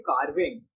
carving